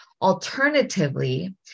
Alternatively